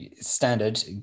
standard